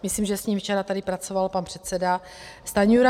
Myslím, že s ním včera tady pracoval pan předseda Stanjura.